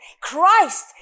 Christ